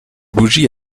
bougies